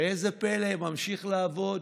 ראה זה פלא, ממשיך לעבוד,